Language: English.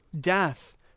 death